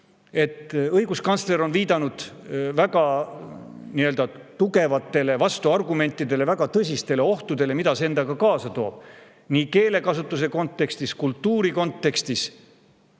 Õiguskantsler on viidanud väga tugevatele vastuargumentidele, väga tõsistele ohtudele, mida see endaga kaasa tooks nii keelekasutuse kontekstis kui ka kultuuri kontekstis.